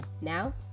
Now